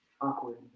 awkward